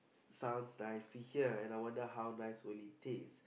sounds nice to hear and I wonder how nice will it taste